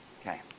Okay